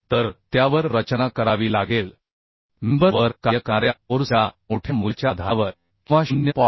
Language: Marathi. तर त्यावर रचना करावी लागेल मेंबर वर कार्य करणार्या फोर्स च्या मोठ्या मूल्याच्या आधारावर किंवा 0